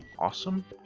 awesome.